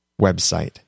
website